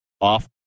off